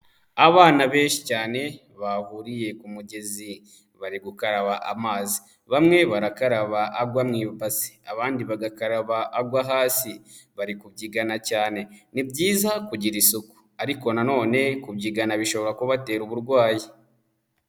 Abana benshi cyane bahuriye ku mugezi, bari gukaraba amazi, bamwe barakaraba agwa mu imbasi abandi bagakaraba agwa hasi, bari kubyigana cyane, ni byiza kugira isuku ariko nanone kubyigana bishobora kubatera uburwayi.